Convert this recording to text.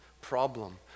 problem